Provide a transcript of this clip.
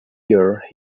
year